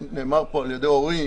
נאמר כאן על ידי אורי,